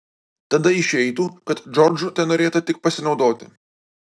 tada išeitų kad džordžu tenorėta tik pasinaudoti